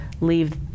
leave